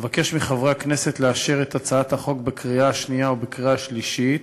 אבקש מחברי הכנסת לאשר את הצעת החוק בקריאה שנייה ובקריאה שלישית.